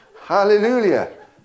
Hallelujah